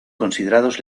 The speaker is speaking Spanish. considerados